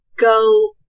go